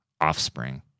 offspring